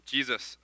Jesus